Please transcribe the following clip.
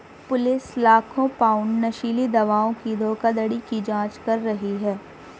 police लाखों pound नशीली दवाओं की धोखाधड़ी की जांच कर रही है